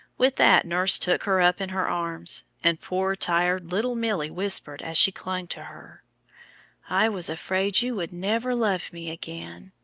with that nurse took her up in her arms and poor tired little milly whispered, as she clung to her i was afraid you would never love me again.